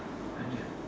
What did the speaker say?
!huh! jap~